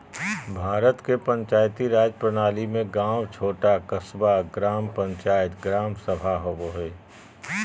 भारत के पंचायती राज प्रणाली में गाँव छोटा क़स्बा, ग्राम पंचायत, ग्राम सभा होवो हइ